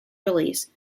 release